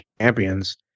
champions